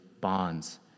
bonds